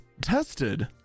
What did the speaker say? tested